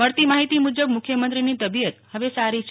મળતી માહિતી મુજબ મુખ્યમંત્રીની તબીયત હવે સારી છે